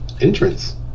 Entrance